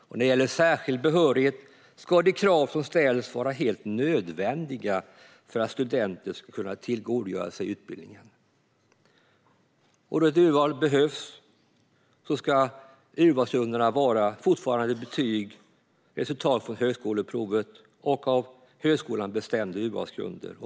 När det gäller särskild behörighet ska de krav som ställs vara helt nödvändiga för att studenten ska kunna tillgodogöra sig utbildningen. Då ett urval behövs ska urvalsgrunderna fortfarande vara betyg, resultat från högskoleprovet och av högskolan bestämda urvalsgrunder.